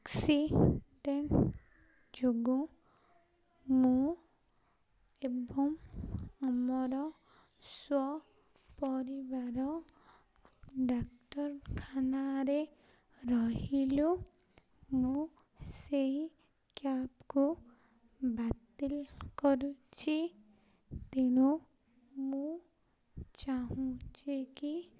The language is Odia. ଆକ୍ସିଡ଼େଣ୍ଟ୍ ଯୋଗୁଁ ମୁଁ ଏବଂ ଆମର ସହ ପରିବାର ଡ଼ାକ୍ତରଖାନାରେ ରହିଲୁ ମୁଁ ସେହି କ୍ୟାବ୍କୁ ବାତିଲ୍ କରୁଛି ତେଣୁ ମୁଁ ଚାହୁଁଛି କି